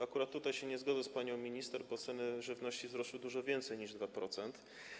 Akurat tutaj nie zgodzę się z panią minister, bo ceny żywności wzrosły dużo więcej niż o 2%.